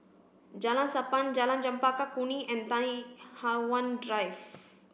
Jalan Sappan Jalan Chempaka Kuning and Tai Hwan Drive